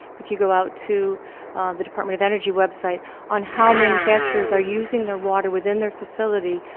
if you go out to the department of energy website on how manufacturers are using their water within their facility,